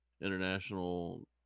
international